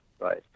Right